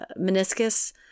meniscus